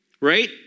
Right